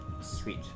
sweet